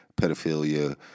pedophilia